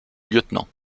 lieutenant